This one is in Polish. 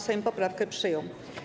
Sejm poprawkę przyjął.